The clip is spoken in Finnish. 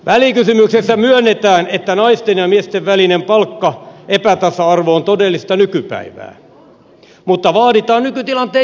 välikysymyksessä myönnetään että naisten ja miesten välinen palkkaepätasa arvo on todellista nykypäivää mutta vaaditaan nykytilanteen jatkamista